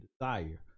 desire